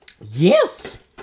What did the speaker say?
Yes